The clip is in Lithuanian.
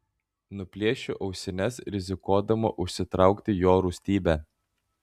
nuplėšiu ausines rizikuodama užsitraukti jo rūstybę